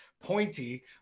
pointy